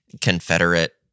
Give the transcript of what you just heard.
Confederate